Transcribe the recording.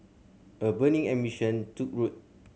a burning ambition took root